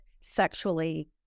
Sexually